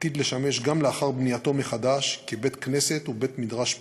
עתיד לשמש גם לאחר בנייתו מחדש כבית-כנסת ובית-מדרש פעיל,